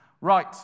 Right